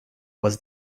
was